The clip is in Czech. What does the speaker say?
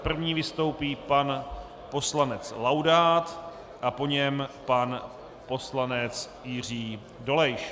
První vystoupí pan poslanec Laudát a po něm pan poslanec Jiří Dolejš.